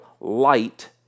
light